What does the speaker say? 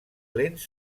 lents